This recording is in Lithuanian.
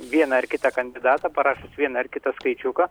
vieną ar kitą kandidatą parašius vieną ar kitą skaičiuką